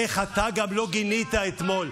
איך אתה גם לא גינית אתמול?